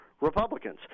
Republicans